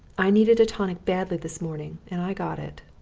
i needed a tonic badly this morning and i got it.